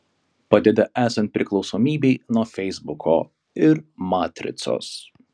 padeda esant priklausomybei nuo feisbuko ir matricos